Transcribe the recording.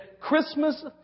Christmas